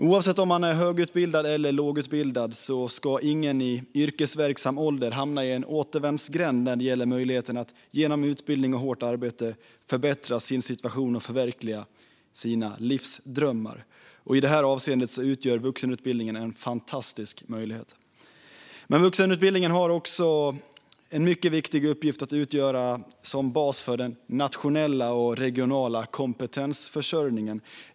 Oavsett om man är högutbildad eller lågutbildad ska ingen i yrkesverksam ålder hamna i en återvändsgränd när det gäller möjligheten att genom utbildning och hårt arbete förbättra sin situation och förverkliga sina livsdrömmar. I detta avseende utgör vuxenutbildningen en fantastisk möjlighet. Men vuxenutbildningen har också en mycket viktig uppgift i att utgöra bas för den nationella och regionala kompetensförsörjningen.